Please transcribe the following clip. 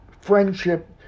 friendship